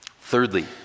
Thirdly